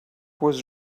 was